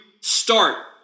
start